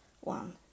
one